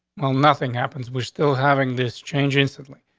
well, nothing happens. we're still having this change instantly,